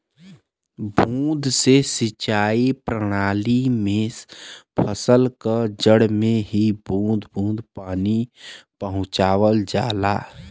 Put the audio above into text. बूंद से सिंचाई प्रणाली में फसल क जड़ में ही बूंद बूंद पानी पहुंचावल जाला